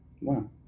wow